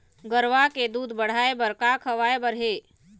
गरवा के दूध बढ़ाये बर का खवाए बर हे?